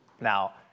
Now